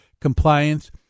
compliance